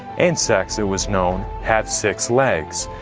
insects, it was known, have six legs.